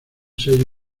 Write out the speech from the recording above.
sello